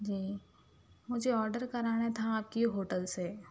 جی مجھے آرڈر کرانا تھا آپ کی ہوٹل سے